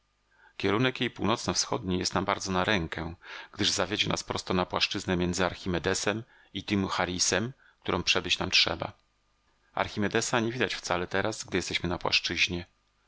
kierunek jej północno wschodni jest nam bardzo na rękę gdyż zawiedzie nas prosto na płaszczyznę między archimedesem a timocharisem którą przebyć nam trzeba archimedesa nie widno wcale teraz gdy jesteśmy na płaszczyźnie